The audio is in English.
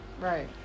Right